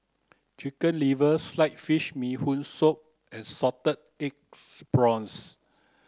chicken liver sliced fish bee hoon soup and salted eggs prawns